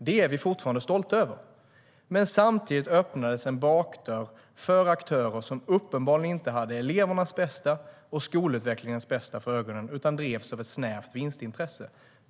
Det är vi fortfarande stolta över. Samtidigt öppnades dock en bakdörr för aktörer som uppenbarligen inte hade elevernas och skolutvecklingens bästa för ögonen utan drevs av ett snävt vinstintresse.